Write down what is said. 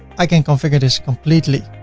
i can configure this completely.